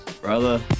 Brother